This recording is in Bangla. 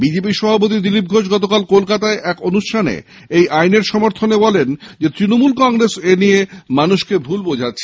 বিজেপি সভাপতি দিলীপ ঘোষ গতকাল কলকাতায় এক অনুষ্ঠানে এই আইনের সমর্থনে বলেন তৃণমূল কংগ্রেস এই নিয়ে মানুষকে ভূল বোঝাচ্ছে